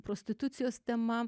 prostitucijos tema